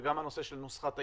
וגם בנושא של נוסחת ההתייעלות,